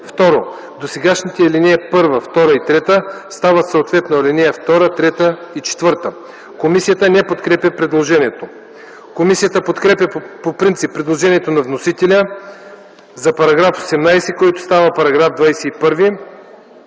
2. Досегашните ал. 1, 2 и 3 стават съответно ал. 2, 3 и 4.” Комисията не подкрепя предложението. Комисията подкрепя по принцип предложението на вносителя за § 18, който става § 21,